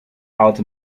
out